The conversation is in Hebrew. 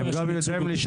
אבל מאוד חשוב לשלוח.